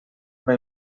una